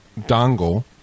dongle